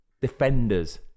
Defenders